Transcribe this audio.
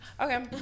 okay